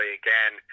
again